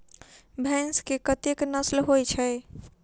भैंस केँ कतेक नस्ल होइ छै?